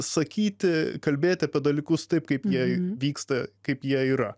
sakyti kalbėti apie dalykus taip kaip jie vyksta kaip jie yra